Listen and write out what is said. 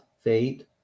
fate